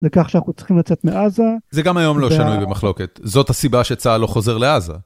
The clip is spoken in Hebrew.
לכך שאנחנו צריכים לצאת מעזה. זה גם היום לא שנוי במחלוקת, זאת הסיבה שצה"ל לא חוזר לעזה.